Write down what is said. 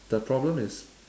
the problem is